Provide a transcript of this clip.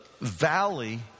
valley